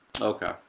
Okay